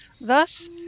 Thus